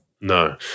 No